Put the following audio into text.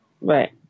Right